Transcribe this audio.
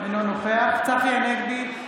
אינו נוכח צחי הנגבי,